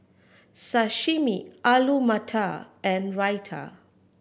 Sashimi Alu Matar and Raita